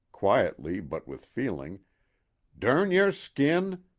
quietly but with feeling dern your skin,